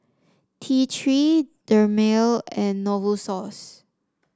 T Three Dermale and Novosource